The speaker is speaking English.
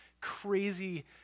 crazy